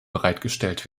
bereitgestellt